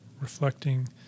reflecting